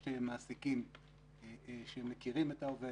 יש לי מעסיקים שמכירים את העובד,